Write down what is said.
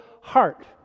heart